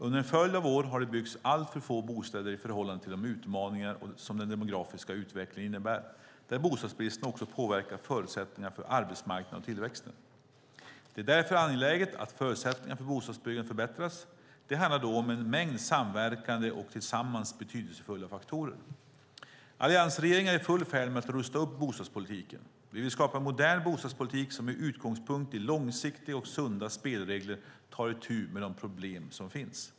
Under en följd av år har det byggts alltför få bostäder i förhållande till de utmaningar som den demografiska utvecklingen innebär, där bostadsbristen också påverkar förutsättningarna för arbetsmarknaden och tillväxten. Det är därför angeläget att förutsättningarna för bostadsbyggande förbättras. Det handlar då om en mängd samverkande och tillsammans betydelsefulla faktorer. Alliansregeringen är i full färd med att rusta upp bostadspolitiken. Vi vill skapa en modern bostadspolitik som med utgångspunkt i långsiktiga och sunda spelregler tar itu med de problem som finns.